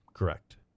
Correct